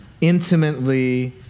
intimately